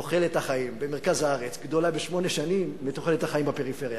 תוחלת החיים במרכז הארץ גדולה בשמונה שנים מתוחלת החיים בפריפריה,